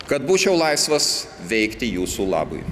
kad būčiau laisvas veikti jūsų labui